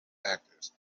actors